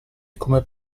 come